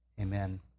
amen